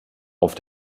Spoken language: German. auf